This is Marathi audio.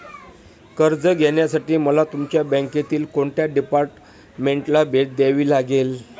कर्ज घेण्यासाठी मला तुमच्या बँकेतील कोणत्या डिपार्टमेंटला भेट द्यावी लागेल?